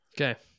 Okay